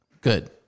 good